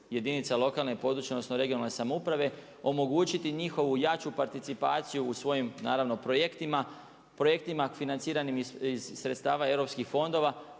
jedinice lokalne (regionalne) i područne samouprave, omogućiti njihovu jaču participaciju u svojim projektima, projektima financiranim iz sredstava europskih fondova